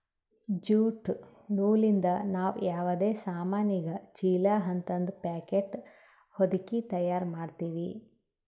jute ನೂಲಿಂದ್ ನಾವ್ ಯಾವದೇ ಸಾಮಾನಿಗ ಚೀಲಾ ಹಂತದ್ ಪ್ಯಾಕೆಟ್ ಹೊದಕಿ ತಯಾರ್ ಮಾಡ್ತೀವಿ